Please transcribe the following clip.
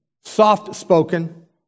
soft-spoken